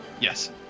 Yes